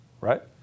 right